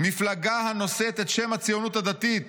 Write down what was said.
"מפלגה הנושאת את שם הציונות הדתית